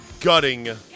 gutting